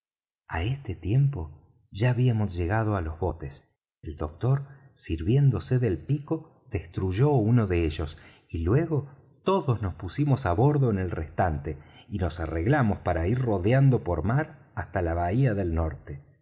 á este tiempo ya habíamos llegado á los botes el doctor sirviéndose del pico destruyó uno de ellos y luego todos nos pusimos á bordo en el restante y nos arreglamos para ir rodeando por mar hasta la bahía del norte